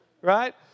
Right